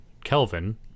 kelvin